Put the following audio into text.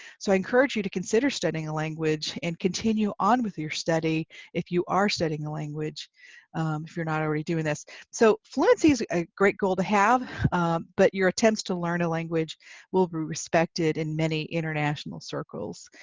so i encourage you to consider studying a language and continue on with your study if you are studying a language if you're not already doing this so fluency is a great goal to have but your intents to learn a language will be respected in many international circles.